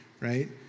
right